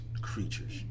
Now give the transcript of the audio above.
creatures